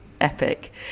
Epic